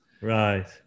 Right